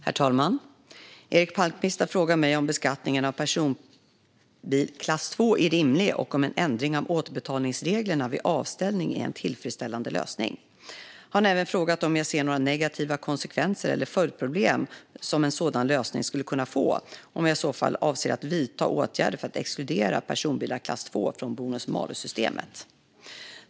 Herr talman! Eric Palmqvist har frågat mig om beskattningen av personbil klass II är rimlig och om en ändring av återbetalningsreglerna vid avställning är en tillfredsställande lösning. Han har även frågat om jag ser några negativa konsekvenser eller följdproblem som en sådan lösning skulle kunna få och om jag i så fall avser att vidta åtgärder för att exkludera personbilar klass II från bonus-malus-systemet.